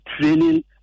training